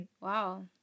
Wow